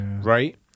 right